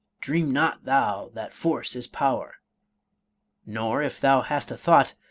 dream not thou that force is power nor, if thou hast a thought,